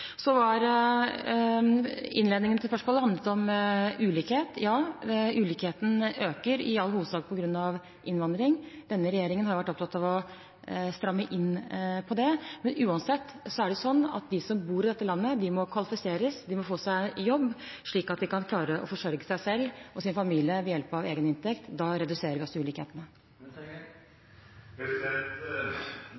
Innledningen til spørsmålet handlet om ulikhet. Ja, ulikhetene øker – i all hovedsak på grunn av innvandring. Denne regjeringen har vært opptatt av å stramme inn på det. Uansett er det slik at de som bor i dette landet, må kvalifiseres. De må få seg jobb, slik at de kan klare å forsørge seg selv og sin familie ved hjelp av egen inntekt. Da reduserer vi også ulikhetene.